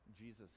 Jesus